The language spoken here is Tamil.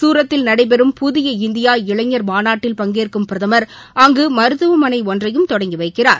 சூரத்தில் நடைபெறும் புதிய இந்தியா இளைஞர் மாநாட்டில் பங்கேற்கும் பிரதம் அங்கு மருத்துவமனை ஒன்றையும் தொடங்கி வைக்கிறார்